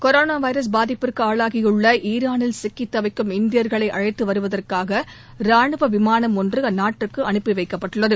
corona virus பாதிப்புக்கு ஆளாகியுள்ள ஈரானில் சிக்கி தவிக்கும் இந்தியர்களை அழைத்து வருவதற்காக ராணுவ விமானம் ஒன்று அந்நாட்டுக்கு அனுப்பி வைக்கப்பட்டுள்ளது